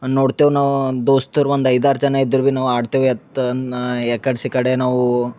ನೋಡ್ತೇವೆ ನಾವು ದೋಸ್ತರು ಒಂದು ಐದಾರು ಜನ ಇದ್ದರೋ ಭಿ ನಾವು ಆಡ್ತೇವೆ ಅತ್ತನ್ನ ಎಕಡ್ ಸಿಕಡೆ ನಾವು